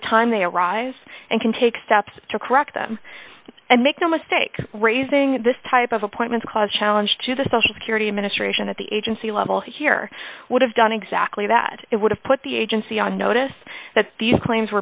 time they arise and can take steps to correct them and make no mistake raising this type of appointments clause challenge to the social security administration at the agency level here would have done exactly that it would have put the agency on notice that these claims were